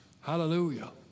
Hallelujah